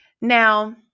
Now